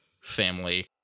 family